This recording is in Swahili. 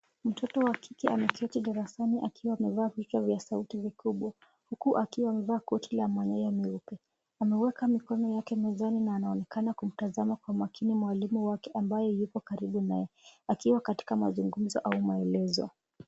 Mtoto wa kike ameketi darasani akiwa amevaa vifaa vya sauti vikubwa, huku akikuwa amevaa koti la manyoya meupe. Ameweka mikono yake mezani na anaonekana kumtazama kwa makini mwalimu wake ambaye yuko karibu na yeye akiwa katika mazungumzo au maelezo.